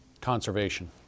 conservation